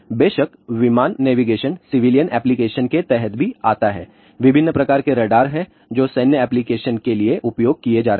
बेशक विमान navigation civilian application के तहत भी आता है विभिन्न प्रकार के रडार हैं जो सैन्य एप्लीकेशन के लिए उपयोग किए जा रहे हैं